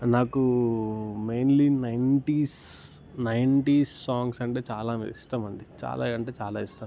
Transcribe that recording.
నాకు mainly nineties nineties songs అంటే చాలా ఇష్టమండి చాలా అంటే చాలా ఇష్టం